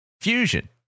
Fusion